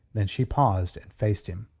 then she paused and faced him.